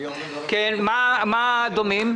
מה דומה?